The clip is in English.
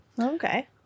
okay